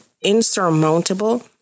insurmountable